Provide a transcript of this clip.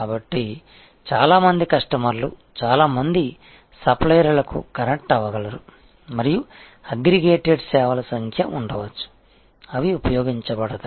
కాబట్టి చాలా మంది కస్టమర్లు చాలా మంది సప్లయర్లకు కనెక్ట్ అవ్వగలరు మరియు అగ్రిగేటెడ్ సేవల సంఖ్య ఉండవచ్చు అవి ఉపయోగించబడతాయి